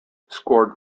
scored